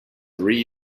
three